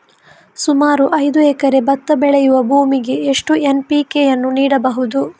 ಸುಮಾರು ಐದು ಎಕರೆ ಭತ್ತ ಬೆಳೆಯುವ ಭೂಮಿಗೆ ಎಷ್ಟು ಎನ್.ಪಿ.ಕೆ ಯನ್ನು ನೀಡಬಹುದು?